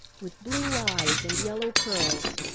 with blue eyes and yellow curls.